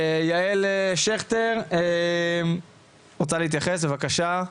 יעל שכטר, את רוצה להתייחס, בבקשה.